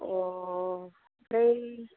अह ओमफ्राय